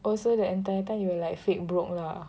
oh so the entire time you were like fake broke lah